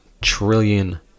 trillion